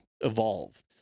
evolve